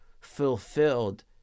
fulfilled